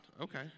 Okay